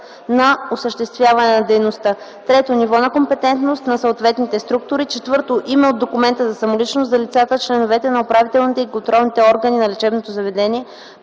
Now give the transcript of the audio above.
на осъществяване на дейността; 3. ниво на компетентност на съответните структури; 4. име от документа за самоличност – за лицата, членове на управителните и контролните органи на лечебното заведение;